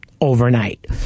overnight